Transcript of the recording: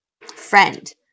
friend